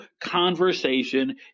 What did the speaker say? conversation